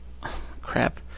Crap